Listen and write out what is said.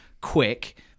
quick